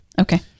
Okay